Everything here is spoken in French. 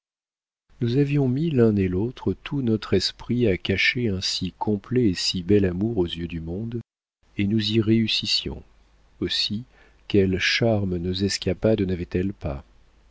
nous avions mis l'un et l'autre tout notre esprit à cacher un si complet et si bel amour aux yeux du monde et nous y réussissions aussi quel charme nos escapades navaient elles pas